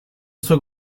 suo